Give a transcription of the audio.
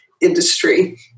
industry